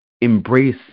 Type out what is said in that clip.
Embrace